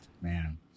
man